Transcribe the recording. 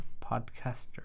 podcaster